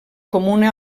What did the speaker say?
comuna